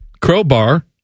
Crowbar